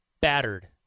battered